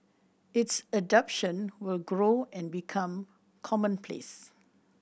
its adoption will grow and become commonplace